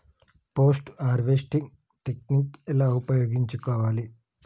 Post harvesting technique ఎలా ఉపయోగించుకోవాలి?